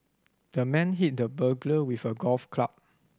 the man hit the burglar with a golf club